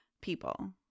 People